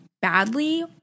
badly